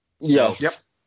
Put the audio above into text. Yes